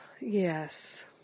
Yes